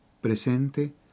presente